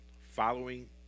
Following